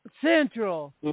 Central